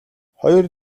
хоёр